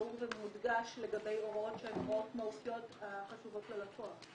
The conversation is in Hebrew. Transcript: ברור ומודגש לגבי הוראות שהן הוראות מהותיות החשובות ללקוח.